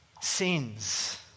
sins